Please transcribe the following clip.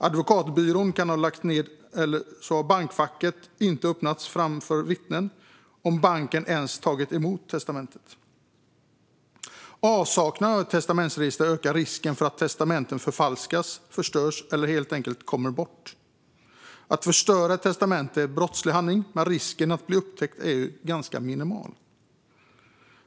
Advokatbyrån kan ha lagts ned, eller så har bankfacket inte öppnats framför vittnen, om banken ens tagit emot testamentet. Avsaknaden av ett testamentsregister ökar risken för att testamenten förfalskas, förstörs eller helt enkelt kommer bort. Att förstöra ett testamente är en brottslig handling, men risken att bli upptäckt är minimal.